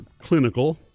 clinical